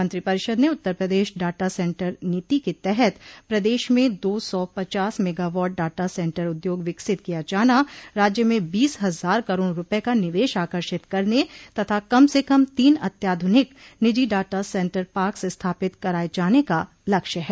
मंत्रिपरिषद ने Uttar Pradesh data centre नीति के तहत प्रदेश में दो सौ पचास मेगावाट डाटा सेन्टर उद्योग विकसित किया जाना राज्य में बीस हज़ार करोड़ रूपये का निवेश आकर्षित करने तथा कम से कम तीन अत्याधुनिक निजी डाटा सेन्टर पार्क्स स्थापित कराये जाने का लक्ष्य है